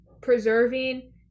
preserving